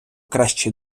кращі